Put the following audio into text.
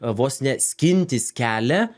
vos ne skintis kelia